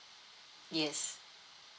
yes